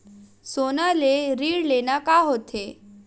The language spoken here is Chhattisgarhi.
सोना ले ऋण लेना का होथे?